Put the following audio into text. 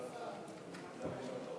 אחד נמנע.